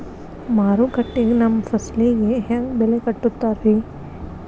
ಮಾರುಕಟ್ಟೆ ಗ ನಮ್ಮ ಫಸಲಿಗೆ ಹೆಂಗ್ ಬೆಲೆ ಕಟ್ಟುತ್ತಾರ ರಿ?